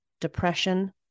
depression